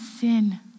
sin